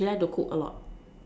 she like to cook a lot